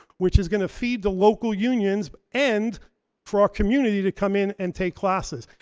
which is gonna feed the local unions, and for our community to come in and take classes.